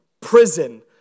prison